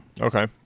Okay